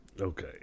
Okay